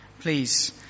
Please